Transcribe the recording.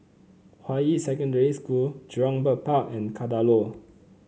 Hua Yi Secondary School Jurong Bird Park and Kadaloor